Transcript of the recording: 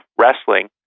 wrestling